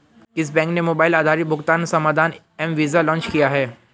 किस बैंक ने मोबाइल आधारित भुगतान समाधान एम वीज़ा लॉन्च किया है?